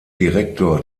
direktor